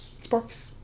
Sparks